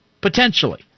Potentially